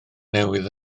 newydd